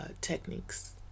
techniques